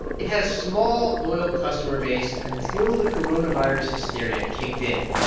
it had a small, loyal customer base until the coronavirus hysteria kicked in.